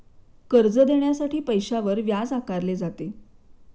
कर्ज देण्यासाठी पैशावर व्याज आकारले जाते